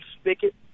spigot